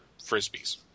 frisbees